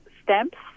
Stamps